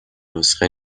نسخه